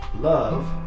Love